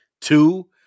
two